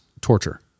torture